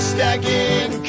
Stacking